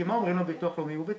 כי מה אומרים לו בביטוח לאומי ובצדק?